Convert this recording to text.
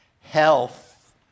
health